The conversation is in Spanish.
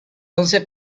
once